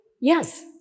Yes